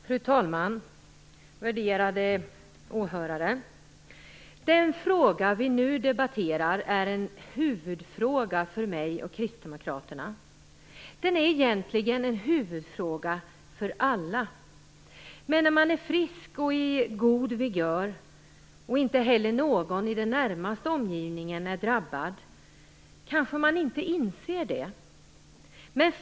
Fru talman! Den fråga vi nu debatterar är en huvudfråga för mig och Kristdemokraterna. Den är egentligen en huvudfråga för alla, men när man är frisk och vid god vigör och inte heller någon i den närmaste omgivningen är drabbad kanske man inte inser det.